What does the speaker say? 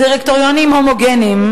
בדירקטוריונים הומוגניים,